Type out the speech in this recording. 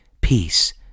peace